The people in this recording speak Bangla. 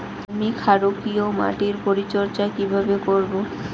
আমি ক্ষারকীয় মাটির পরিচর্যা কিভাবে করব?